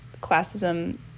classism